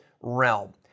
realm